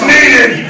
Needed